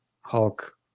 Hulk